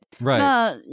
Right